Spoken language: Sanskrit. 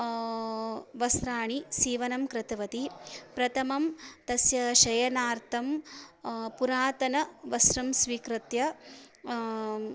वस्त्राणि सीवनं कृतवती प्रथमं तस्य शयनार्थं पुरातनवस्त्रं स्वीकृत्य